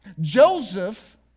Joseph